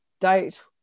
date